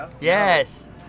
Yes